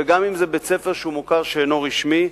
וגם אם זה בית-ספר שהוא מוכר שאינו רשמי,